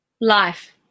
life